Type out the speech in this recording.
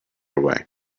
away